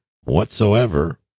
whatsoever